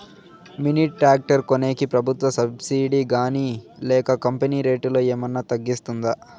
Mini tractor కొనేకి ప్రభుత్వ subsidy గాని లేక కంపెని రేటులో ఏమన్నా తగ్గిస్తుందా?